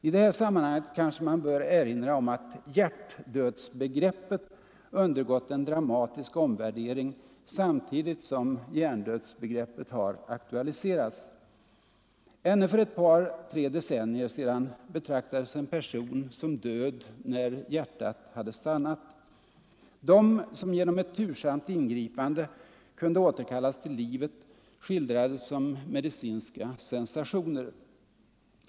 I det här sammanhanget kanske man bör erinra om att hjärtdödsbegreppet undergått en dramatisk omvärdering samtidigt som hjärndödsbegreppet aktualiserats. Ännu för ett par tre decennier sedan betraktades en person som död när hjärtat hade stannat. De som genom ett tursamt ingripande kunde återkallas till livet skildrades som medicinska sensationer.